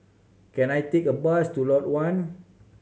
can I take a bus to Lot One